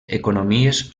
economies